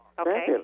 Okay